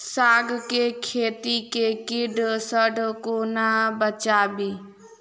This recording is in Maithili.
साग केँ खेत केँ कीट सऽ कोना बचाबी?